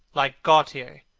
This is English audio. like gautier,